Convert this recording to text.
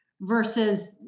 versus